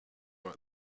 more